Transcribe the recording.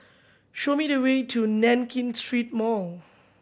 show me the way to Nankin Street Mall